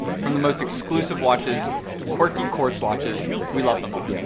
from the most exclusive watches to quirky quartz watches we love them all.